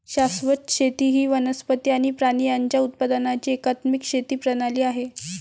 शाश्वत शेती ही वनस्पती आणि प्राणी यांच्या उत्पादनाची एकात्मिक शेती प्रणाली आहे